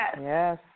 yes